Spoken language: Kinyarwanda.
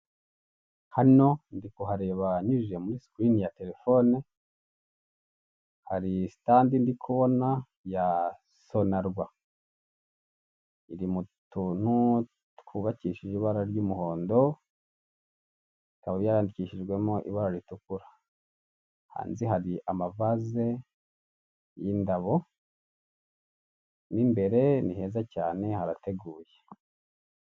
Hano ndikuhareba nyujije muri sikurini ya telefone, hari sitandi ndikubona ya Sonarwa iri mu tuntu twubakishije ibara ry'umuhondo, ikaba yandikishijwemo ibara ritukura, hanze hari amavase y'indabo, mo imbere ni heza cyane harateguye.